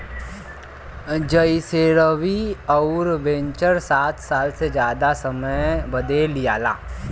जइसेरवि अउर वेन्चर सात साल से जादा समय बदे लिआला